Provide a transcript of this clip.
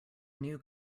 new